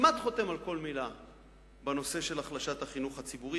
כמעט חותם על כל מלה בנושא של החלשת החינוך הציבורי,